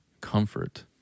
comfort